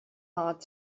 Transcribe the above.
heart